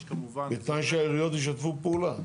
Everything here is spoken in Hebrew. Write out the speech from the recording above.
יש כמובן --- בתנאי שהעיריות ישתפו פעולה.